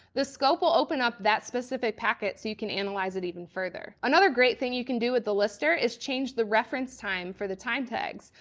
the scope will open up that specific packet so you can analyze it even further. another great thing you can do with the lister is change the reference time for the time tags.